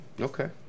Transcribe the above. Okay